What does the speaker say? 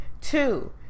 Two